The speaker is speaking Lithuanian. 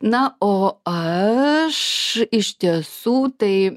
na o aš iš tiesų tai